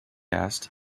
asked